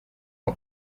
com